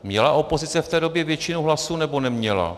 Měla opozice v té době většinu hlasů, nebo neměla?